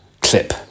clip